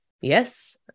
Yes